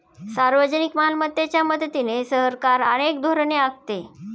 सार्वजनिक मालमत्तेच्या मदतीने सरकार अनेक धोरणे आखते